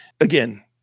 again